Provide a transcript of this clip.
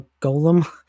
golem